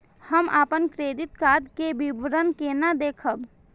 हम अपन credit card के विवरण केना देखब?